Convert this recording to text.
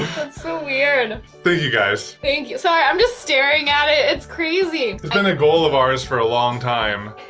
so weird. thank you guys. thank you. sorry, i'm just staring at it it's crazy. it's been a goal of ours for a long time.